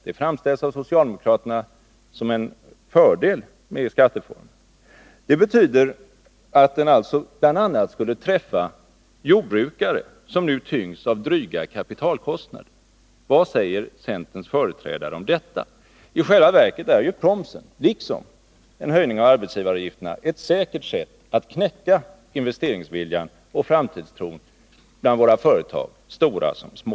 Det framställs av socialdemokraterna som en fördel med den skatteformen. Det betyder alltså att detta skulle drabba bl.a. jordbrukare, som nu tyngs av dryga kapitalkostnader. Vad säger centerns företrädare om detta? I själva verket är ju promsen, liksom en höjning av arbetsgivaravgifterna, ett säkert sätt att knäcka investeringsviljan och framtidstron bland våra företag, stora som små.